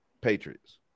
Patriots